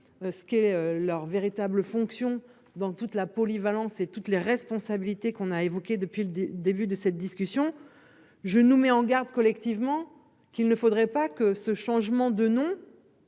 Ce qu'est leur véritable fonction dans toute la polyvalence et toutes les responsabilités qu'on a évoqué depuis le début de cette discussion. Je nous met en garde collectivement qu'il ne faudrait pas que ce changement de nom.